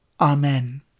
Amen